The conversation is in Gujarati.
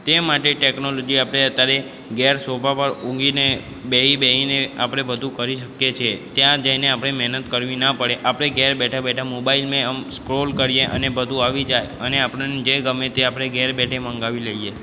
તે માટે ટેકનોલોજી આપણે અત્યારે ઘેર સોફા પર ઊંઘીને બેસી બેસીને આપણે બધું કરી શકીએ છે ત્યાં જઇને આપણે મહેનત કરવી ન પડે આપણે ઘેર બેઠાં બેઠાં મોબાઇલમાં આમ સ્ક્રોલ કરીએ અને બધું આવી જાય અને આપણને જે ગમે તે આપણે ઘેર બેઠે મગાવી લઇએ